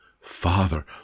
Father